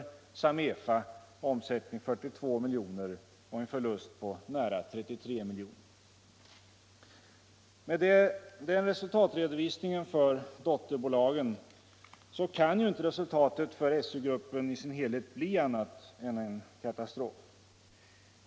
nämligen AB Samefa med en omsättning på 42 miljoner och en förlust på nära 33 milj.kr. Med den resultatredovisningen för dotterbolagen kan resultatet för SU gruppen i sin helhet inte bli annat än en katastrof.